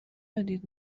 بدید